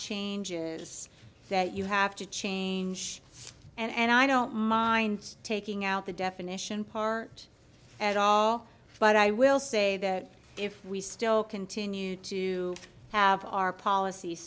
changes that you have to change and i don't mind taking out the definition part at all but i will say that if we still continue to have our polic